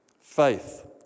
faith